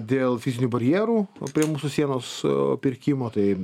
dėl fizinių barjerų prie mūsų sienos pirkimo tai